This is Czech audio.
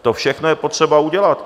To všechno je potřeba udělat.